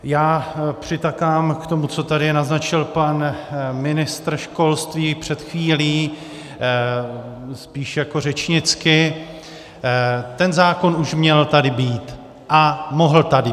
Já přitakám tomu, co tady naznačil pan ministr školství před chvílí spíš jako řečnicky, ten zákon už měl tady být a mohl tady být.